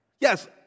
Yes